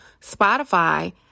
Spotify